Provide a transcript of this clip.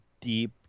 deep